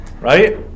Right